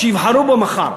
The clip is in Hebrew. כדי שיבחרו בו מחר.